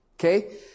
Okay